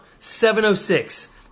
706